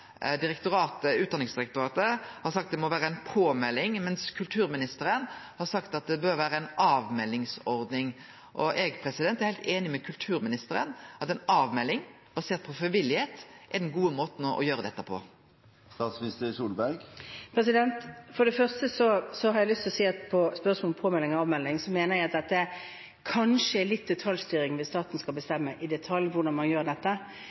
Utdanningsdirektoratet har sagt det må vere ei påmelding, mens kulturministeren har sagt at det bør vere ei avmeldingsordning. Eg er heilt einig med kulturministeren i at ei avmelding basert på frivilligheit er den gode måten å gjere dette på. For det første har jeg lyst til å si på spørsmålet om påmelding eller avmelding at jeg mener det kanskje blir litt detaljstyring hvis staten skal bestemme i hvordan man gjør dette.